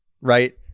right